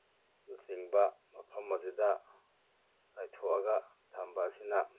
ꯅ ꯆꯤꯡꯕ ꯃꯐꯝ ꯑꯗꯨꯗ ꯆꯥꯏꯊꯣꯛꯑꯒ ꯊꯝꯕ ꯑꯁꯤꯅ